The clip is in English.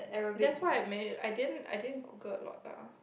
that's why I manage I didn't I didn't Google a lot lah